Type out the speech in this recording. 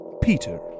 Peter